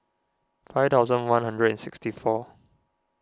five thousand one hundred and sixty four